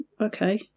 okay